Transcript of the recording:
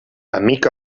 amic